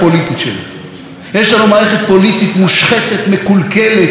יש לנו מערכת פוליטית מושחתת, מקולקלת, מסואבת,